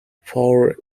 four